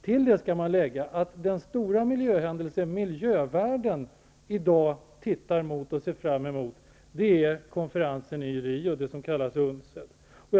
Till det skall man lägga att den stora miljöhändelse som miljövärlden i dag ser fram emot är konferensen i Rio, den som kallas UNCED.